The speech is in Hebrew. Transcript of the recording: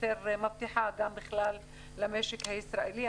ומבטיחה למשק הישראלי,